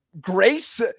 grace